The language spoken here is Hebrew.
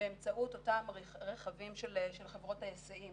באמצעות אותם רכבים של חברות ההיסעים